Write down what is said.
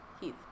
Heath